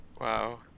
Wow